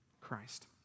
Christ